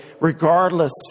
regardless